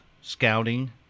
scouting